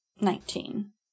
Nineteen